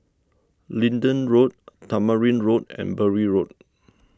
Leedon Road Tamarind Road and Bury Road